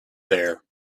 there